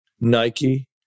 Nike